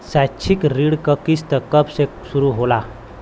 शैक्षिक ऋण क किस्त कब से शुरू होला?